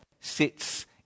sits